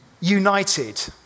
united